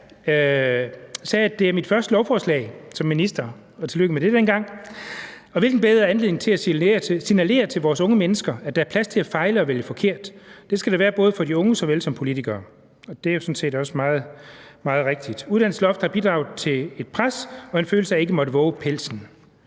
sagde, at det var hendes første lovforslag som minister – og tillykke med det dengang. Og hvilken bedre anledning til at signalere til vores unge mennesker, at der er plads til at fejle og vælge forkert. Det skal der være både for de unge såvel som politikere. Det er sådan set også meget rigtigt. Uddannelsesloftet har bidraget til et pres og en følelse af ikke at måtte vove pelsen.